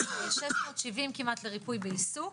670 כמעט לריפוי בעיסוק.